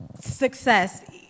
success